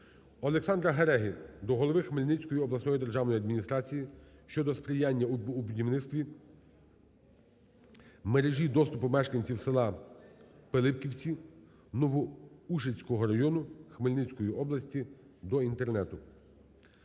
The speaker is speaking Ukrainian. Олександра Гереги до голови Хмельницької обласної державної адміністрації щодо сприяння у будівництві мережі доступу мешканців села Пилипківці Новоушицького району Хмельницької області до Інтернету.